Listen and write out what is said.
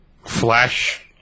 Flash